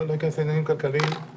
לא אכנס לעניינים כלכליים,